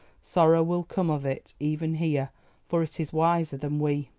sorrow will come of it, even here for it is wiser than we.